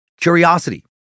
Curiosity